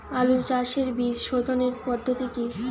আলু চাষের বীজ সোধনের পদ্ধতি কি?